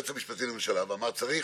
גולן.